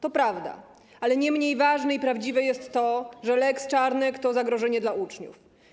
To prawda, ale nie mniej ważne i prawdziwe jest to, że lex Czarnek to zagrożenie dla uczniów.